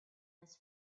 his